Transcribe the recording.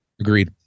Agreed